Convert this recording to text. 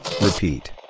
Repeat